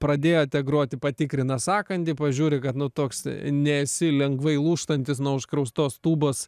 pradėjote groti patikrina sąkandį pažiūri kad nu toks nesi lengvai lūžtantis nuo užkraustos tūbos